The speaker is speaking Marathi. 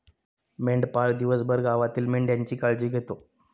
मेंढपाळ दिवसभर गावातील मेंढ्यांची काळजी घेतो